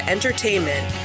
Entertainment